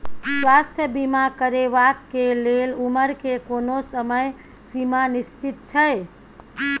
स्वास्थ्य बीमा करेवाक के लेल उमर के कोनो समय सीमा निश्चित छै?